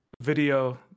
video